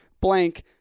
blank